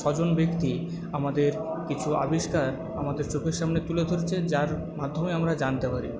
স্বজন ব্যক্তি আমাদের কিছু আবিষ্কার আমাদের চোখের সামনে তুলে ধরেছে যার মাধ্যমে আমরা জানতে পারি